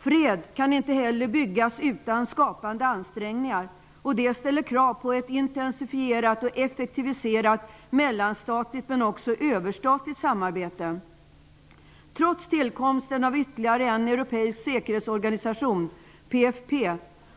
Fred kan inte heller byggas utan skapande ansträngningar. Och det ställer krav på ett intensifierat och effektiviserat mellanstatligt men också överstatligt samarbete. Trots tillkomsten av ytterligare en europeisk säkerhetsorganisation, PFP,